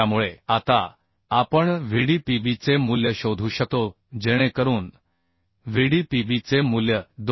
त्यामुळे आता आपण Vdpb चे मूल्य शोधू शकतो जेणेकरून Vdpb चे मूल्य 2